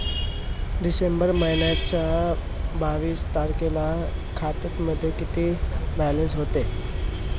डिसेंबर महिन्याच्या बावीस तारखेला खात्यामध्ये किती बॅलन्स होता?